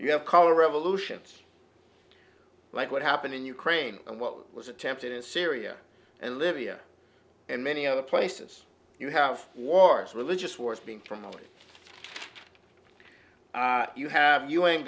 you have color revolutions like what happened in ukraine and what was attempted in syria and libya and many other places you have wars religious wars being promoted you have u